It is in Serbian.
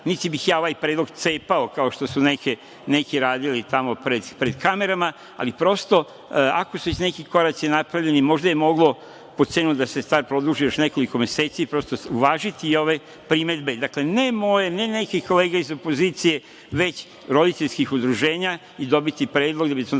niti bih ja ovaj predlog cepao kao što su neki radili tamo pred kamerama, ali prosto ako su već neki koraci napravljeni, možda je moglo po cenu da se sada produži još nekoliko meseci prosto uvažiti ove primedbe, ne moje, ne nekih kolega iz opozicije, već roditeljskih udruženja i dobiti predlog ili